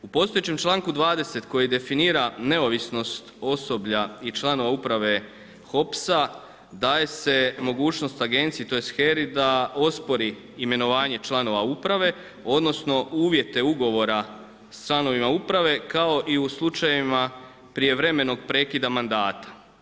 U postojećem članku 20. koji definira neovisnost osoblja i članova uprave HOPS-a daje se mogućnost agenciji tj. HERA-i da ospori imenovanje članova uprave, odnosno uvjete ugovora sa članovima uprave kao i u slučajevima prijevremenog prekida mandata.